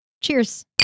Cheers